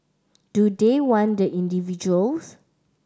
do they want the individuals